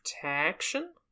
protection